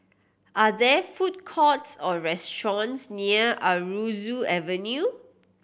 are there food courts or restaurants near Aroozoo Avenue